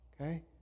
okay